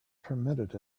permitted